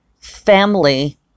family